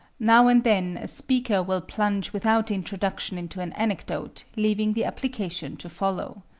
now and then a speaker will plunge without introduction into an anecdote, leaving the application to follow.